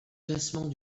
classement